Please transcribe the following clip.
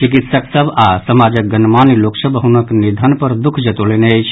चिकित्सक सभ आओर समाजक गणमान्य लोक सभ हुनक निधन पर दुःख जतौलनि अछि